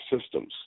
systems